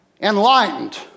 enlightened